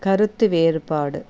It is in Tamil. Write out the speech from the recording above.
கருத்து வேறுபாடு